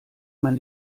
man